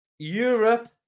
Europe